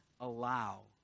allow